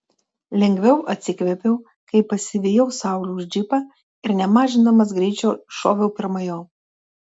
lengviau atsikvėpiau kai pasivijau sauliaus džipą ir nemažindamas greičio šoviau pirma jo